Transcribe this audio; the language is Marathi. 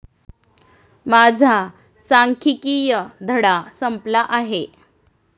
माझा सांख्यिकीय धडा संपला आहे